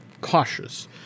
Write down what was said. cautious